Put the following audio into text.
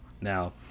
now